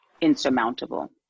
insurmountable